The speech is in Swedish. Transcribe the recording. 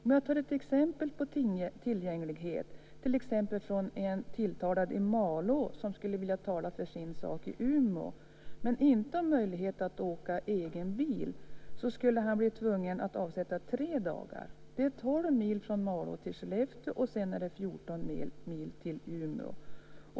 Låt mig ta ett exempel på tillgänglighet: En tilltalad från Malå som skulle vilja tala i sin sak i Umeå men inte har möjlighet att åka egen bil skulle bli tvungen att avsätta tre dagar. Det är tolv mil från Malå till Skellefteå, och sedan är det fjorton mil till Umeå.